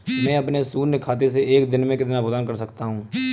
मैं अपने शून्य खाते से एक दिन में कितना भुगतान कर सकता हूँ?